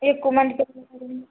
ఎక్కువ మందికి కుట్టాలి కదా అండి